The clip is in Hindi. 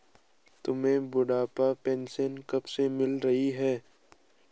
तुम्हें बुढ़ापा पेंशन कब से मिल रही है?